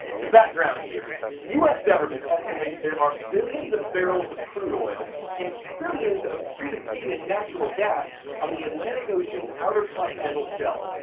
the background here the u s. government estimates there are billions of barrels of crude oil and trillions of cubic feet in natural gas on the atlantic ocean's outer continental shelf.